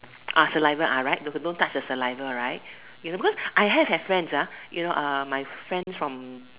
saliva right don't don't touch the saliva right you know because I have have friend you know my friend from